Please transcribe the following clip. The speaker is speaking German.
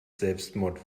selbstmord